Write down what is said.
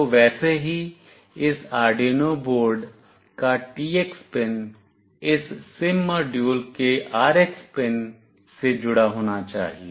तो वैसे ही इस आर्डयूनो बोर्ड का TX पिन इस सिम मॉड्यूल के RX पिन से जुड़ा होना चाहिए